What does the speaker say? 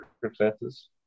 circumstances